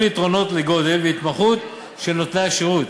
יתרונות של גודל והתמחות של נותני השירות